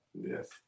Yes